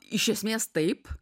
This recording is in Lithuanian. iš esmės taip